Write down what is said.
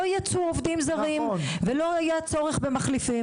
יצאו עובדים זרים ולא היה צורך במחליפים